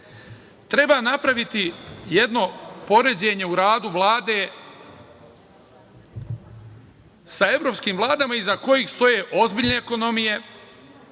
Treba napraviti jedno poređenje u radu Vlade sa evropskim vladama iza kojih stoje ozbiljne ekonomije